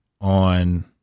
on